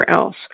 else